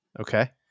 Okay